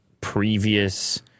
previous